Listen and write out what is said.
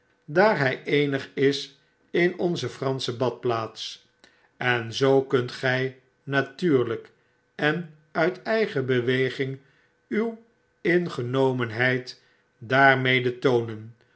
daar hjj eenig is in onze fransche badplaats en zoo kunt gy natuurlp enuiteigen beweging uw ingenomenheid daarmede toonen